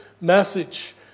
message